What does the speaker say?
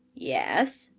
yes.